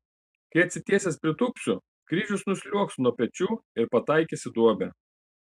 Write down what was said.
kai atsitiesęs pritūpsiu kryžius nusliuogs nuo pečių ir pataikys į duobę